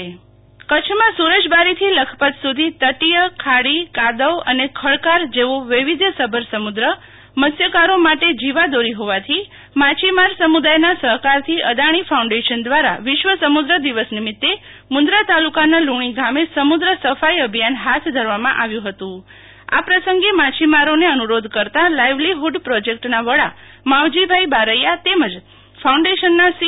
Shital Vaishnav Adani foundation કચ્છમાં સુ રજબારીથી લખપત સુ ધી તટીયખાડીકાદવ અને ખડકાળ જેવો વૈવિધ્યસભર સમુદ્રમત્સ્યકારો માટે જીવાદોરી હોવાથી માછીમાર સમુદાયના સહકારથી અદાણી ફાઉન્ડેશન દ્રારા વિશ્વ સમુદ્ર દિવસ નિમિતે મું દરા તાલુકાના લુણી ગામે સમુદ્ર સ્વાઈ અભિયાન હાથ ધરવામાં આવ્યુ હતું આ પ્રસંગે માછીમારોને અનુ રોધ કરતા લાઈવલીહુડ પ્રોજેક્ટ વડા માવજીભાઈ બાસ્થા તેમજ ફાઉન્ડેશનના સી